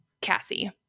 Cassie